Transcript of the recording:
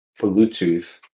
Bluetooth